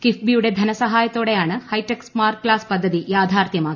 കിഫ്ബിയുടെ ധനസഹായത്തോടെയാണ് hitech smart class പദ്ധതി യാഥാർഥ്യമാക്കിയത്